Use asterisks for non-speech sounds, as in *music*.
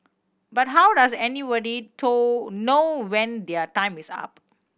but how does *unintelligible* know when their time is up